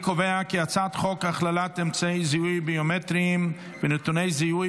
חוק הכללת אמצעי זיהוי ביומטריים ונתוני זיהוי